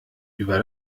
über